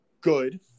good